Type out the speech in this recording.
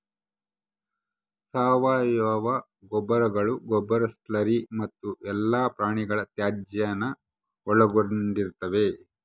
ಸಾವಯವ ಗೊಬ್ಬರಗಳು ಗೊಬ್ಬರ ಸ್ಲರಿ ಮತ್ತು ಎಲ್ಲಾ ಪ್ರಾಣಿಗಳ ತ್ಯಾಜ್ಯಾನ ಒಳಗೊಂಡಿರ್ತವ